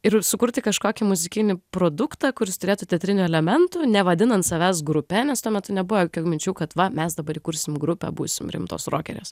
ir sukurti kažkokį muzikinį produktą kuris turėtų teatrinių elementų nevadinant savęs grupe nes tuo metu nebuvo jokių minčių kad va mes dabar įkursim grupę būsim rimtos rokerės